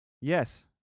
Yes